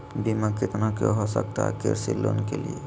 बीमा कितना के हो सकता है कृषि लोन के लिए?